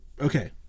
okay